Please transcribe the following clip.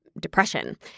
depression